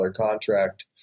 contract